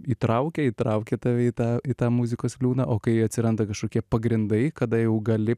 įtraukia įtraukia tave į tą į tą muzikos liūną o kai atsiranda kažkokie pagrindai kada jau gali